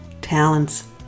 talents